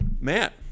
Matt